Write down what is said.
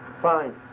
fine